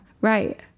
right